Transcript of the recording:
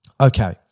Okay